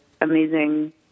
amazing